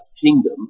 kingdom